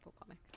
comic